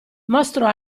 mostrò